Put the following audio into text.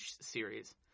series